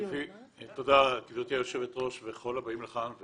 תודה גבירתי היושבת ראש וכל הבאים לכאן,